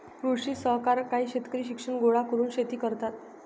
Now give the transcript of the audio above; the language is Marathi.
कृषी सहकार काही शेतकरी शिक्षण गोळा करून शेती करतात